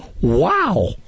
wow